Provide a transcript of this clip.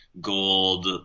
gold